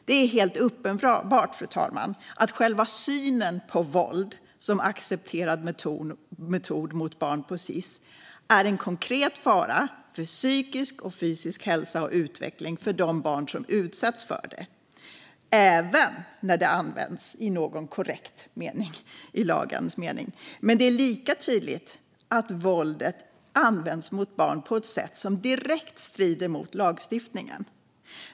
Det är helt uppenbart att själva synen på våld som accepterad metod mot barn på Sis är en konkret fara för psykisk och fysisk hälsa och utveckling för de barn som utsätts för det, även när det används korrekt i lagens mening. Men det är lika tydligt att våldet används mot barn på ett sätt som direkt strider mot lagstiftningen.